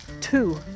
two